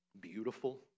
beautiful